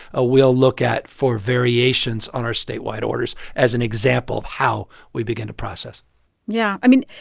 ah we'll look at for variations on our statewide orders as an example of how we begin to process yeah. i mean,